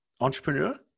Entrepreneur